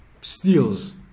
steals